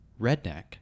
Redneck